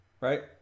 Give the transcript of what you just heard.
Right